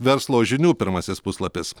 verslo žinių pirmasis puslapis